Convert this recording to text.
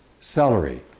celery